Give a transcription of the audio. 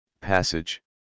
passage